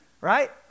Right